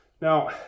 Now